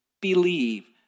believe